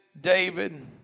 David